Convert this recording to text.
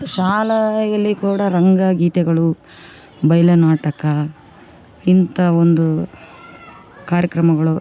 ಶಾಲೆಯಲ್ಲಿ ಕೂಡ ರಂಗಗೀತೆಗಳು ಬಯಲು ನಾಟಕ ಇಂಥ ಒಂದು ಕಾರ್ಯಕ್ರಮಗಳು